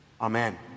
amen